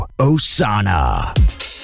Osana